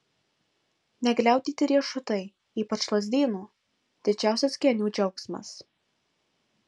negliaudyti riešutai ypač lazdyno didžiausias genių džiaugsmas